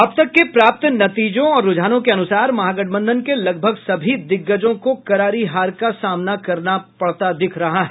अब तक के प्राप्त नतीजों और रूझानों के अनुसार महागठबंधन के लगभग सभी दिग्गजों को करारी हार का सामना करना पड़ता दिख रहा है